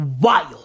wild